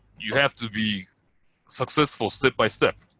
you have to be successful step by step.